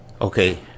Okay